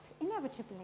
inevitably